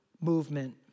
movement